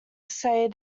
say